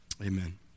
Amen